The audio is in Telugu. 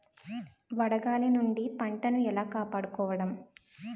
వడగాలి నుండి పంటను ఏలా కాపాడుకోవడం?